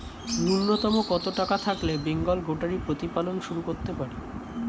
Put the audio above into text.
নূন্যতম কত টাকা থাকলে বেঙ্গল গোটারি প্রতিপালন শুরু করতে পারি?